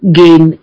gain